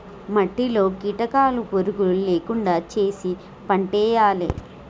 మట్టిలో కీటకాలు పురుగులు లేకుండా చేశి పంటేయాలే